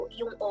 yung